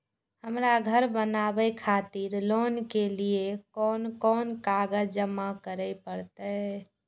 हमरा घर बनावे खातिर लोन के लिए कोन कौन कागज जमा करे परते?